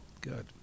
Good